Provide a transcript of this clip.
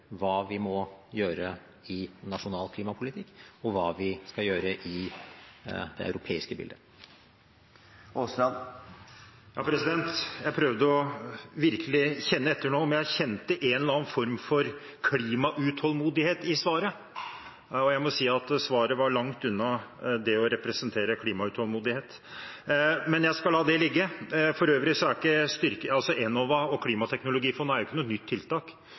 hva vi må gjøre i nasjonal klimapolitikk, og hva vi skal gjøre i det europeiske bildet. Jeg prøvde virkelig å høre etter nå om jeg hørte en eller annen form for klimautålmodighet i svaret, og jeg må si at svaret var langt unna det å representere klimautålmodighet. Men jeg skal la det ligge. For øvrig er ikke Enova og klimateknologifond noe nytt tiltak; det er et tiltak